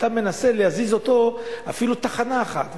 אתה מנסה להזיז אותו אפילו תחנה אחת,